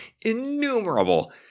innumerable